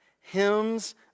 hymns